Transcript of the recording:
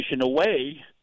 away